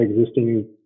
existing